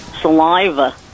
saliva